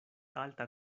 alta